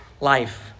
life